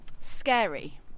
scary